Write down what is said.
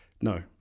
no